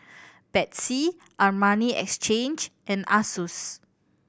Betsy Armani Exchange and Asus